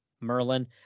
Merlin